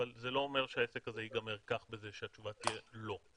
זה לא אומר שהעסק הזה ייגמר כך שהתשובה תהיה לא.